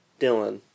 Dylan